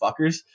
fuckers